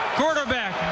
quarterback